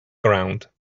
ground